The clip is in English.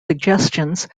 suggestions